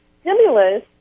stimulus